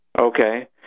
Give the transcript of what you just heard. okay